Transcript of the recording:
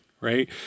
right